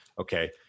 Okay